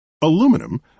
Aluminum